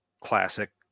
classic